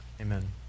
Amen